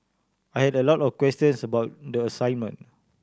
I had a lot of questions about the assignment